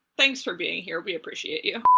thanks for being here. we appreciate you.